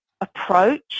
approach